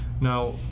Now